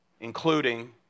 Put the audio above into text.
including